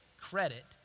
credit